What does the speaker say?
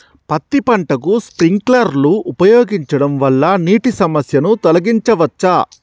పత్తి పంటకు స్ప్రింక్లర్లు ఉపయోగించడం వల్ల నీటి సమస్యను తొలగించవచ్చా?